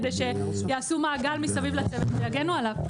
כדי שיעשו מעגל מסביב לצוות ויגנו עליו.